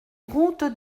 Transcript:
route